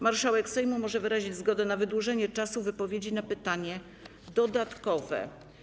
Marszałek Sejmu może wyrazić zgodę na wydłużenie czasu wypowiedzi na pytanie dodatkowe.